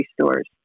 stores